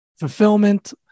Fulfillment